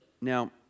Now